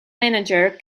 manager